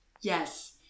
Yes